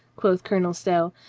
quoth colonel stow.